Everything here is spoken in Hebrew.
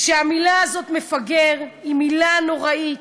שהמילה הזאת, מפגר, היא מילה נוראית,